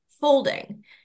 folding